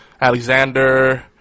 Alexander